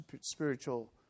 spiritual